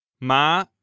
Ma